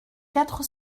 quatre